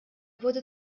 wurde